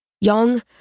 Young